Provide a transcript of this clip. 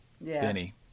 Benny